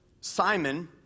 Simon